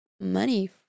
money